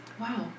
Wow